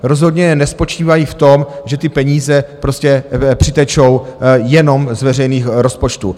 Rozhodně nespočívají v tom, že ty peníze prostě přitečou jenom z veřejných rozpočtů.